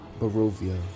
Barovia